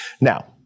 Now